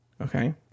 Okay